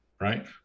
right